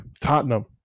Tottenham